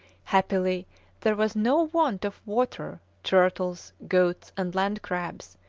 happily there was no want of water, turtles, goats, and land-crabs,